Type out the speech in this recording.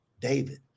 David